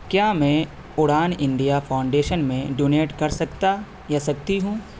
کیا میں Udaan India foundation میں ڈونیٹ کر سکتا یا سکتی ہوں